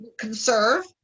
Conserve